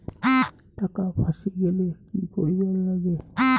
টাকা ফাঁসি গেলে কি করিবার লাগে?